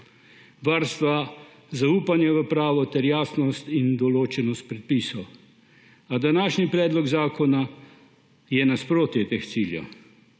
varstva, zaupanja v pravo ter jasnost in določenost predpisov, a današnji predlog zakona je nasprotje teh ciljev.